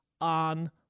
on